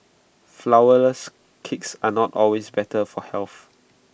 Flourless Cakes are not always better for health